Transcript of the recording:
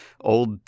old